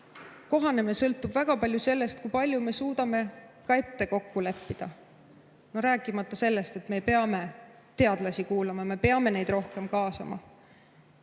Kohanemine sõltub väga palju sellest, kui palju me suudame ette kokku leppida. Rääkimata sellest, et me peame teadlasi kuulama, me peame neid rohkem kaasama